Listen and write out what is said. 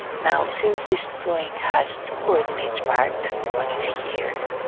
now since this drawing has two coordinates marked one is here